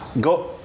Go